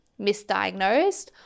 misdiagnosed